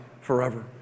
forever